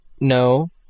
No